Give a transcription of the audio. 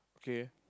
okay